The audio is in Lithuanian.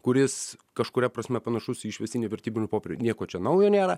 kuris kažkuria prasme panašus į išvestinį vertybinių popierių nieko čia naujo nėra